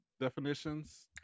definitions